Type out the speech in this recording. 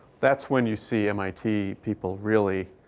that's when you see mit people really